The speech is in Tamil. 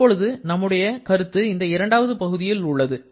இப்பொழுது நம்முடைய கருத்து இந்த இரண்டாவது பகுதியில் உள்ளது